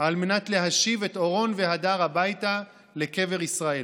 על מנת להשיב את אורון והדר הביתה לקבר ישראל.